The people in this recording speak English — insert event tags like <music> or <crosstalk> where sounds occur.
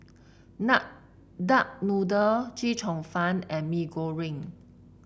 <unintelligible> Duck Noodle Chee Cheong Fun and Mee Goreng